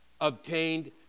obtained